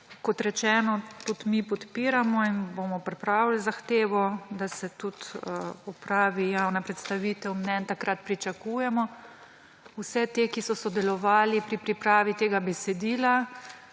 Kot rečeno, tudi mi podpiramo in bomo pripravili zahtevo, da se opravi javna predstavitev mnenj. Takrat pričakujemo vse, ki so sodelovali pri pripravi tega besedila.